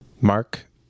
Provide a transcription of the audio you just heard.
Mark